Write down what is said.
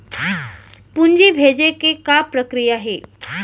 पूंजी भेजे के का प्रक्रिया हे?